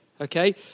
Okay